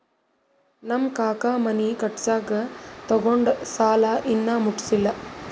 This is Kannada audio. ನಮ್ ಕಾಕಾ ಮನಿ ಕಟ್ಸಾಗ್ ತೊಗೊಂಡ್ ಸಾಲಾ ಇನ್ನಾ ಮುಟ್ಸಿಲ್ಲ